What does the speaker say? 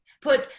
put